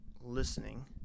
listening